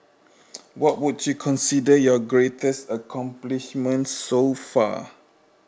what would you consider your greatest accomplishment so far